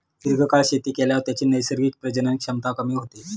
दीर्घकाळ शेती केल्यावर त्याची नैसर्गिक प्रजनन क्षमता कमी होते